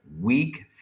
week